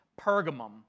Pergamum